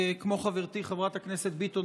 כמו חברתי חברת הכנסת ביטון,